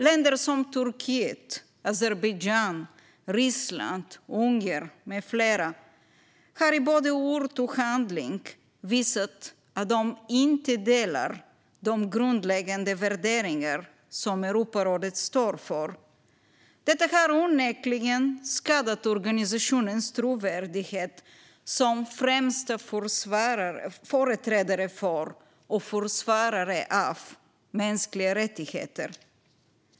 Länder som Turkiet, Azerbajdzjan, Ryssland och Ungern har i både ord och handling visat att de inte delar de grundläggande värderingar som Europarådet står för. Detta har onekligen skadat organisationens trovärdighet som främsta företrädare för och försvarare av mänskliga rättigheter.